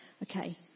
Okay